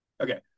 Okay